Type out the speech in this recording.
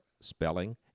spelling